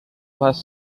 less